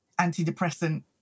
antidepressant